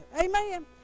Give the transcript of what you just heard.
Amen